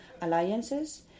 alliances